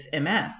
MS